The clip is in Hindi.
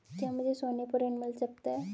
क्या मुझे सोने पर ऋण मिल सकता है?